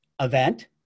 event